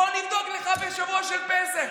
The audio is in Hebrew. בוא נבדוק לך בשבוע של פסח.